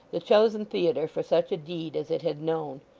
the chosen theatre for such a deed as it had known.